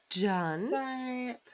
done